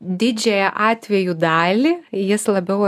didžiąją atvejų dalį jis labiau